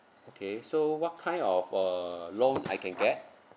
okay so what kind of uh loan I can get